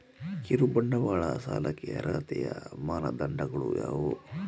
ಕಿರುಬಂಡವಾಳ ಸಾಲಕ್ಕೆ ಅರ್ಹತೆಯ ಮಾನದಂಡಗಳು ಯಾವುವು?